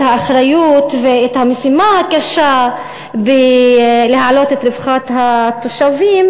האחריות ואת המשימה הקשה להעלות את רווחת התושבים.